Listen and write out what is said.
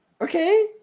Okay